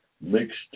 mixed